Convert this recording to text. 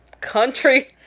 country